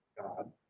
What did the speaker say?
God